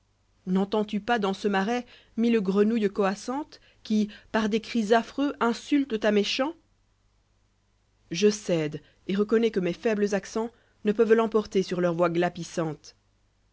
nentends tu pas dans ce marais mille grenouilles coassantes qui par des cris affreux insultent à mes chants je cède et reconnais que mes foibles accents ne peuvent l'emporter sur leurs voix